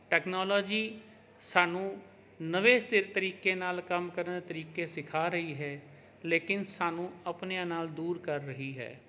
technology ਸਾਨੂੰ ਨਵੇਂ ਤਰੀਕੇ ਨਾਲ ਕੰਮ ਕਰਨ ਦਾ ਤਰੀਕੇ ਸਿਖਾ ਰਹੀ ਹੈ ਲੇਕਿਨ ਸਾਨੂੰ ਆਪਣਿਆਂ ਨਾਲ ਦੂਰ ਕਰ ਰਹੀ ਹੈ